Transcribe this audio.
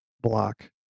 block